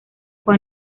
fue